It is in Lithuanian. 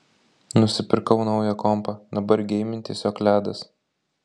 nusipirkau naują kompą dabar geimint tiesiog ledas